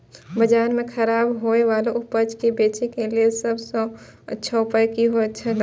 बाजार में खराब होय वाला उपज के बेचे के लेल सब सॉ अच्छा उपाय की होयत छला?